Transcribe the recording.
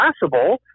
possible